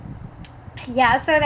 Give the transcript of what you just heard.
ya so that